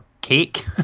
cake